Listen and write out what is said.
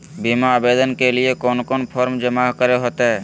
बीमा आवेदन के लिए कोन कोन फॉर्म जमा करें होते